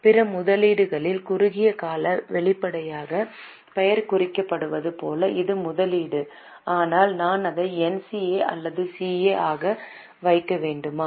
பிற முதலீடுகள் குறுகிய கால வெளிப்படையாக பெயர் குறிப்பிடுவது போல இது முதலீடு ஆனால் நான் அதை NCA அல்லது CA ஆக வைக்க வேண்டுமா